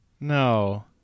No